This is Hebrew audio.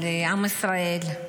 על עם ישראל?